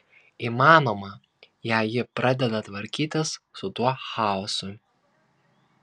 įmanoma jei ji pradeda tvarkytis su tuo chaosu